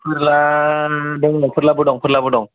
फोरला फोरला बो दं फोरला बो दं